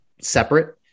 separate